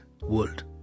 world